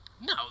No